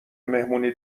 مهمونی